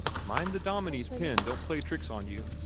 mind the dominie's pen don't play tricks on you,